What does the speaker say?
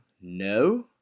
No